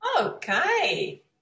Okay